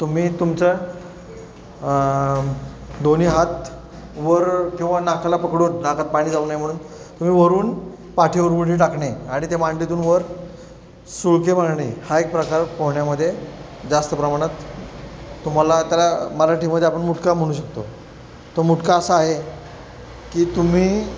तुम्ही तुमचं दोन्ही हात वर किंवा नाकाला पकडून नाकात पाणी जाऊ नये म्हणून तुम्ही वरून पाठीवर उडी टाकणे आणि ते मांडीतून वर सुळके माळणे हा एक प्रकार पोहण्यामध्ये जास्त प्रमाणात तुम्हाला त्याला मराठीमध्ये आपण मुटका म्हणू शकतो तो मुटका असा आहे की तुम्ही